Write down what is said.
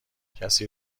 کسی